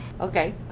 okay